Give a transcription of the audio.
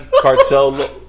Cartel